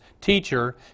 Teacher